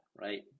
right